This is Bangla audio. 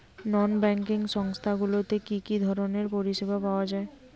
নন ব্যাঙ্কিং সংস্থা গুলিতে কি কি ধরনের পরিসেবা পাওয়া য়ায়?